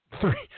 three